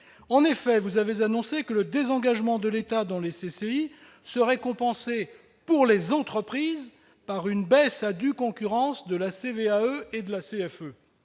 En effet, vous avez annoncé que le désengagement de l'État dans les CCI serait compensé, pour les entreprises, par « une baisse à due concurrence de la CVAE et de la CFE